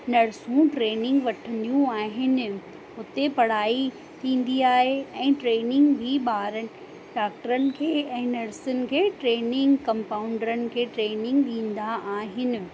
नर्सूं ट्रेनिंग वठंदियूं आहिनि उते पढ़ाई थींदी आहे ऐं ट्रेनिंग बि ॿारनि डॉक्टरनि खे ऐं नर्सियुनि खे ट्रेनिंग कंपाउंडरनि खे ट्रेनिंग ॾींदा आहिनि